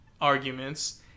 arguments